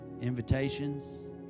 invitations